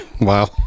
Wow